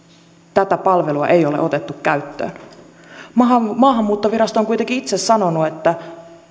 tätä palvelua ei ole otettu käyttöön maahanmuuttovirasto on kuitenkin itse sanonut että